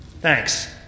Thanks